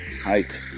height